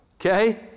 Okay